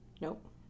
Nope